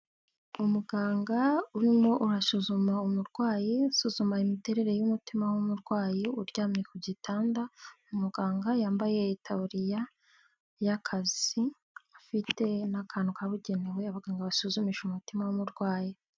Umuganga urimo urasuzuma umurwayi asuzuma imiterere y'umutima w'umurwayi uryamye ku gitanda, umuganga yambaye itaburiya y'akazi afite n'akantu kabugenewe abaganga basuzumisha umutima w'umurwayi.